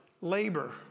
labor